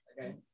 Okay